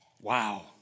Wow